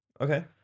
Okay